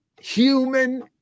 human